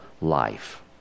life